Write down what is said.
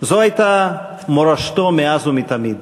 זו הייתה מורשתו מאז ומתמיד.